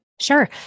Sure